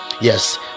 yes